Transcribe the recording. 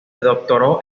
doctoró